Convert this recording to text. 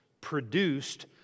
produced